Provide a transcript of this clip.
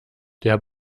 der